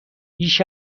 بیش